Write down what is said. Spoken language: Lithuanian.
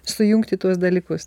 sujungti tuos dalykus